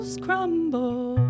crumble